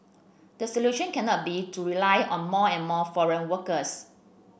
the solution cannot be to rely on more and more foreign workers